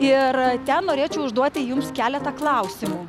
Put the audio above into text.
ir ten norėčiau užduoti jums keletą klausimų